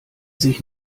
sich